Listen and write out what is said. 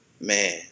man